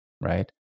right